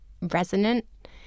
resonant